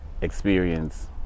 experience